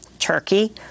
Turkey